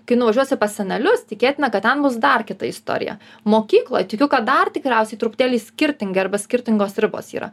kai nuvažiuosi pas senelius tikėtina kad ten bus dar kita istorija mokykloj tikiu kad dar tikriausiai truputėlį skirtingi arba skirtingos ribos yra